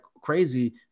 crazy